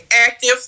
Active